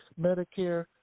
Medicare